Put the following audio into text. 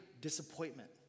disappointment